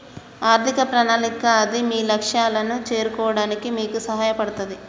ఆర్థిక ప్రణాళిక అది మీ లక్ష్యాలను చేరుకోవడానికి మీకు సహాయపడతది